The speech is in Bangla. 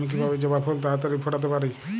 আমি কিভাবে জবা ফুল তাড়াতাড়ি ফোটাতে পারি?